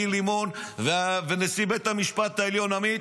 גיל לימון ונשיא בית המשפט העליון עמית,